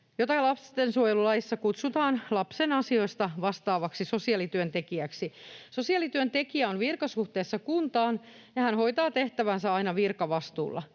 jota lastensuojelulaissa kutsutaan lapsen asioista vastaavaksi sosiaalityöntekijäksi. Sosiaalityöntekijä on virkasuhteessa kuntaan, ja hän hoitaa tehtäväänsä aina virkavastuulla.